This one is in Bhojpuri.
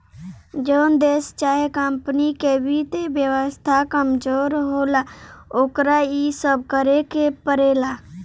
जोन देश चाहे कमपनी के वित्त व्यवस्था कमजोर होला, ओकरा इ सब करेके पड़ेला